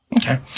Okay